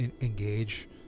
engage